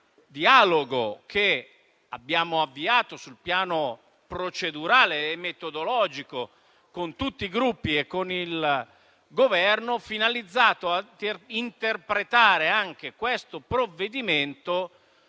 dialogo che abbiamo avviato sul piano procedurale e metodologico con tutti i Gruppi e con il Governo, finalizzato a interpretare anche questo provvedimento